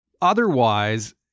Otherwise